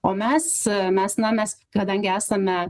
o mes mes na mes kadangi esame